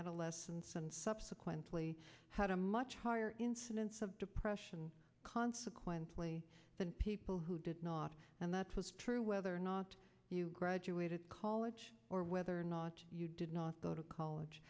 adolescence and subsequently had a much higher incidence of depression consequently than people who did not and that's true whether or not you graduated college or whether or not you did not go to college